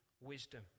wisdom